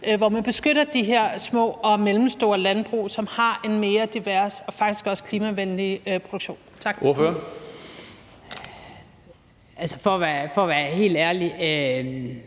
hvor man beskytter de her små og mellemstore landbrug, som har en mere alsidig og faktisk også klimavenlig produktion. Tak. Kl. 15:11 Tredje næstformand